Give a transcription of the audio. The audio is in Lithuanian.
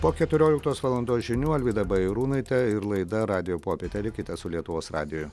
po keturioliktos valandos žinių alvyda bajarūnaitė ir laida radijo popietė likite su lietuvos radiju